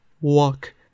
walk